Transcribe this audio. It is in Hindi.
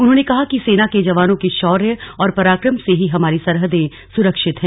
उन्होंने कहा कि सेना के जवानों के शौर्य और पराक्रम से ही हमारी सरहदें सुरक्षित हैं